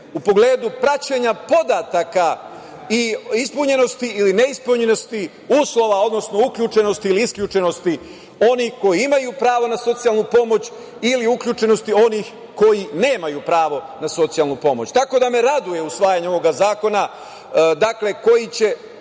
u pogledu praćenja podataka i ispunjenosti ili ne ispunjenosti uslova, odnosno uključenosti ili isključenosti onih koji imaju pravo na socijalnu pomoć ili uključenosti onih koji nemaju pravo na socijalnu pomoć. Tako da, me raduje usvajanje ovog zakona, koji će